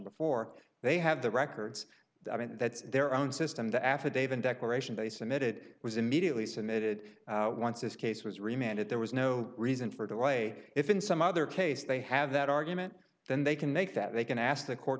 before they have the records i mean that's their own system the affidavit declaration they submitted was immediately submitted once this case was remanded there was no reason for delay if in some other case they have that argument then they can make that they can ask the court